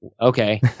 okay